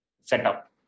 setup